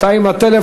אתה עם הטלפון,